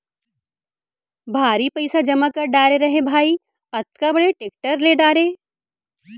भारी पइसा जमा कर डारे रहें भाई, अतका बड़े टेक्टर ले डारे